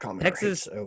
Texas